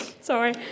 Sorry